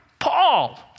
Paul